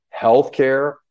healthcare